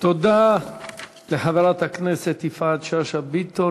תודה לחברת הכנסת יפעת שאשא ביטון.